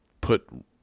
put